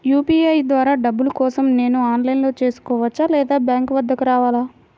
UPI ద్వారా డబ్బులు కోసం నేను ఆన్లైన్లో చేసుకోవచ్చా? లేదా బ్యాంక్ వద్దకు రావాలా?